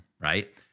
right